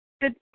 Good